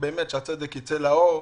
ושהצדק יצא לאור.